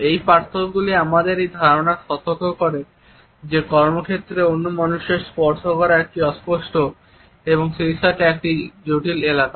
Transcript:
এই পার্থক্যগুলি আমাদের এই ধারণা সম্পর্কে সতর্ক করে যে কর্মক্ষেত্রে অন্য মানুষের স্পর্শ করা একটি অস্পষ্ট এবং সেইসাথে একটি জটিল এলাকা